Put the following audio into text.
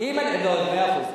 לא, מאה אחוז.